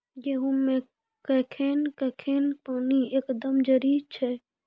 गेहूँ मे कखेन कखेन पानी एकदमें जरुरी छैय?